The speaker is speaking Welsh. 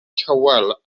tywel